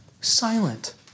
silent